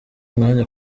umwanya